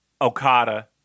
Okada